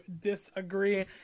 disagree